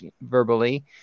verbally